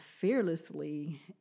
fearlessly